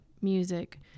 music